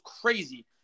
crazy